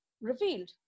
revealed